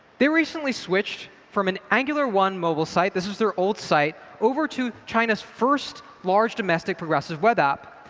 they recently switched from an angular one mobile site this is their old site over to china's first large domestic progressive web app,